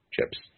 chips